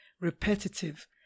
repetitive